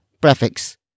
prefix